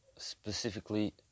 Specifically